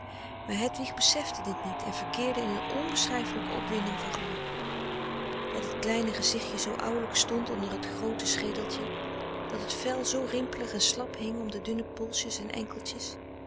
maar hedwig besefte dit niet en verkeerde in een onbeschrijfelijke opwinding van geluk dat het kleine gezichtje zoo ouwelijk stond onder het groote schedeltje dat het vel zoo rimpelig en slap hing om de dunne polsjes en enkeltjes